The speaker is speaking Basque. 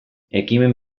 ekimen